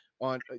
on